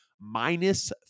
minus